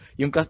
yung